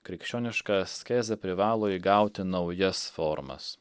krikščioniška askezė privalo įgauti naujas formas